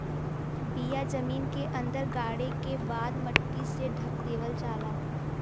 बिया जमीन के अंदर गाड़े के बाद मट्टी से ढक देवल जाला